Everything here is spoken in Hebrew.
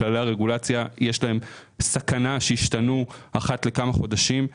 סכנה שכללי הרגולציה ישתנו אחת לכמה חודשים.